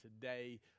today